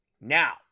Now